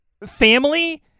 Family